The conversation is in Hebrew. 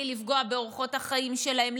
בלי לפגוע באורחות החיים שלהם,